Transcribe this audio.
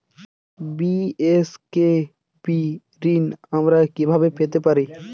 BSKB ঋণ আমি কিভাবে পেতে পারি?